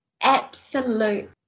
absolute